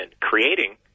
creating